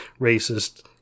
racist